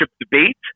debate